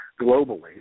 globally